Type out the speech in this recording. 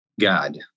God